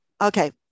okay